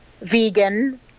vegan